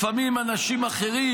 -- לפעמים אנשים אחרים,